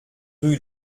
rue